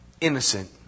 innocent